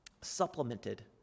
supplemented